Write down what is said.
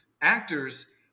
actors